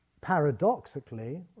paradoxically